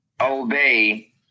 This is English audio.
obey